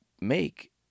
make